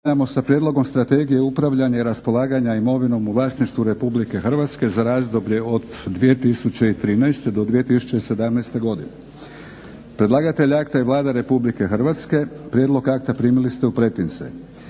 Nastavljamo sa - Prijedlog strategije upravljanja i raspolaganja imovinom u vlasništvu Republike Hrvatske za razdoblje od 2013. do 2017. godine Predlagatelj akta je Vlada Republike Hrvatske. Prijedlog akta primili ste u pretince.